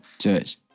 Judge